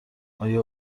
آیا